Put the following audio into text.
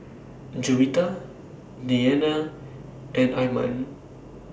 Juwita Dayana and Iman